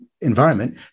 environment